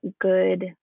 good